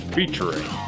Featuring